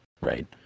right